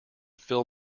fill